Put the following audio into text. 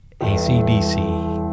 ACDC